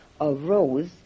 arose